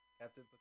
Captain